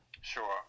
Sure